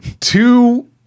two